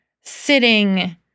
sitting